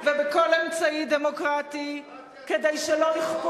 דמוקרטיה זה לא שלטון